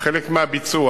חלק מהביצוע